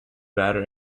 batter